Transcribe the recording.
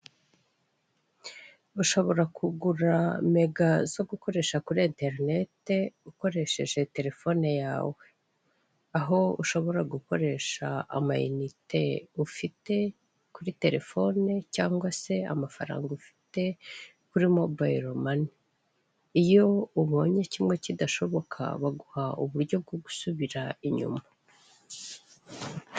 Ushobora kugura mega zo gukoresha kuri enterinete ukoresheje telefone yawe. Aho ushobora gukoresha ama inite ufite kuri telefone cyangwa se amafaranga ufite kuri mobayiro mane. Iyo ubonye kimwe kidashoboka baguha uburyo bwo gusubira inyuma.